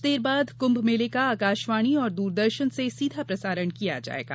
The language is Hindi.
कुछ देर बाद कृम्भ मेले का आकाशवाणी और दूरदर्शन से सीधा प्रसारण किया जाएगा